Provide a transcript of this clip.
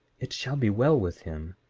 it shall be well with him.